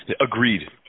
Agreed